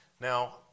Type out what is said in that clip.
Now